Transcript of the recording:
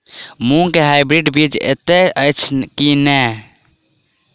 मूँग केँ हाइब्रिड बीज हएत अछि की नै?